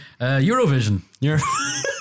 Eurovision